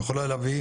יכולה להביא